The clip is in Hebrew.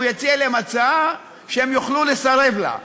הוא יציע להם הצעה שהם יוכלו לסרב לה.